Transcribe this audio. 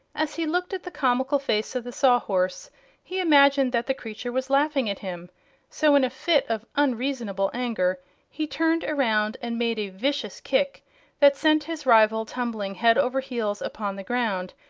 as he looked at the comical face of the sawhorse he imagined that the creature was laughing at him so in a fit of unreasonable anger he turned around and made a vicious kick that sent his rival tumbling head over heels upon the ground,